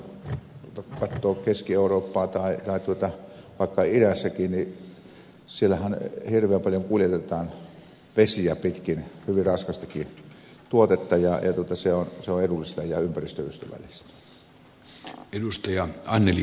kun katsoo keski eurooppaa tai vaikka itääkin niin siellähän hirveän paljon kuljetetaan vesiä pitkin hyvin raskastakin tuotetta ja se on edullista ja ympäristöystävällistä